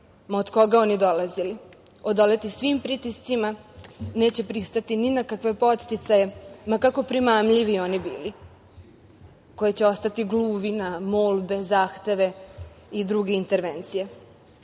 ma od koga oni dolazili, odoleti svim pritiscima, neće pristati ni na kakve podsticaje ma kako primamljivi oni bili, koji će ostati gluvi na molbe, zahteve i druge intervencije.